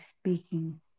speaking